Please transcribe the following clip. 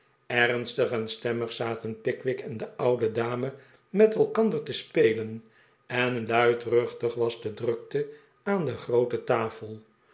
ernstig en stemmig zaten pickwick en de oude dame met elkander te spelen en luidruehtig was de drukte aan de groote tafel